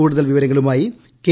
കൂടുതൽ വിവരങ്ങളുമായി കെ